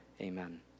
amen